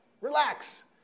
relax